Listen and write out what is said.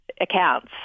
accounts